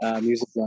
music